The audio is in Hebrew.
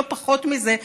לא פחות מזה,